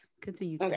Continue